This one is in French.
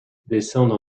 descendent